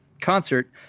concert